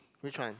which one